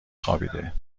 خوابیده